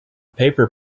paper